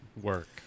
work